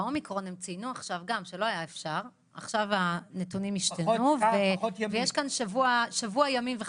באומיקרון ציינו שאי אפשר ועכשיו הנתונים השתנו אז זה רק שבוע ימים.